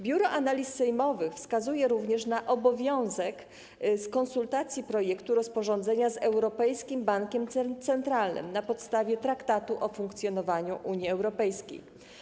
Biuro Analiz Sejmowych wskazuje również na obowiązek konsultacji projektu rozporządzenia z Europejskim Bankiem Centralnym na podstawie Traktatu o Funkcjonowaniu Unii Europejskiej.